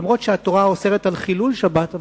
אומנם התורה אוסרת חילול שבת,